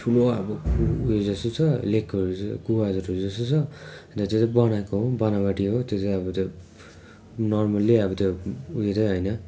ठुलो अब उ उयो जस्तो छ लेकहरू कुवा जत्रो जस्तो छ अन्त त्यो चाहिँ बनाएको हो बनावटी हो त्यो चाहिँ अब त्यो नर्मली अब त्यो उयो चाहिँ होइन